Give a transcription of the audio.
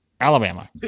Alabama